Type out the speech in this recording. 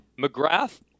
McGrath